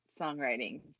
songwriting